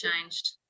changed